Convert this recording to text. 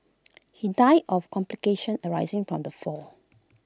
he died of complications arising from the fall